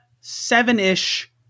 seven-ish